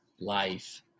life